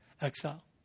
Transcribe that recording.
exile